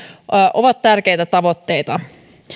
ovat tärkeitä tavoitteita